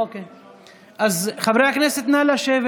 אז חברי הכנסת, נא לשבת.